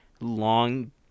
long